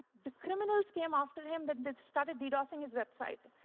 the criminals came after him. they started ddosing his website.